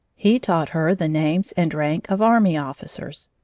he taught her the names and rank of army officers.